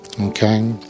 okay